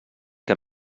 que